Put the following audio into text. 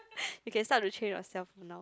you can start to train ourself now